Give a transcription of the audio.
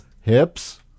hips